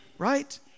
Right